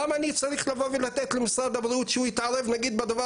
למה אני צריך לבוא ולתת למשרד הבריאות שהוא יתערב נגיד בדבר